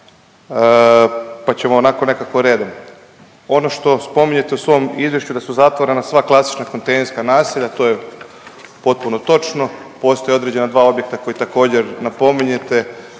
pa ćemo onako nekako redom. Ono što spominjete u svom izvješću da su zatvorena sva klasična kontejnerska naselja, to je potpuno točno, postoje određena dva objekta koja također napominjete